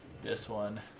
this one